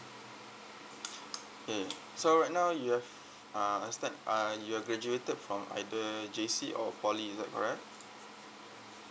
okay so right now you have uh understand uh you're graduated from either J_C or poly is that correct